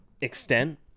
extent